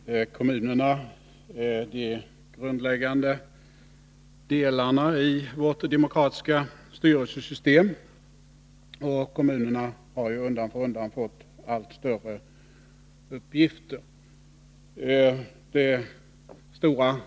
Herr talman! Kommunerna är de grundläggande delarna i vårt demokratiska styrelsesystem, och de har ju undan för undan fått allt större uppgifter.